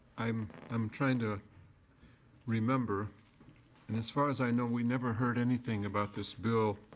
i'm i'm trying to remember, and as far as i know we never heard anything about this bill